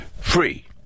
Free